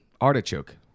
Artichoke